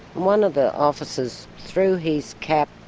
one of the officers threw his cap